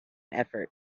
effort